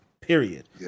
period